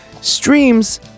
streams